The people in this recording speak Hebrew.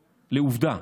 לעובדה,